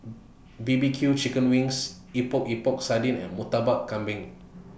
B B Q Chicken Wings Epok Epok Sardin and Murtabak Kambing